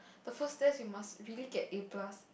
the first test you must really get A plus